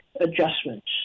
adjustments